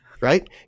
right